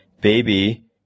baby